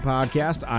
Podcast